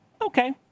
Okay